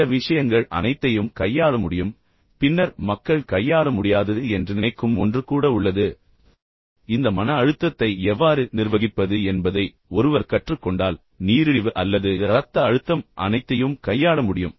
இந்த விஷயங்கள் அனைத்தையும் கையாள முடியும் பின்னர் மக்கள் கையாள முடியாதது என்று நினைக்கும் ஒன்று கூட உள்ளது இந்த மன அழுத்தத்தை எவ்வாறு நிர்வகிப்பது என்பதை ஒருவர் கற்றுக்கொண்டால் நீரிழிவு அல்லது இரத்த அழுத்தம் அனைத்தையும் கையாள முடியும்